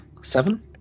Seven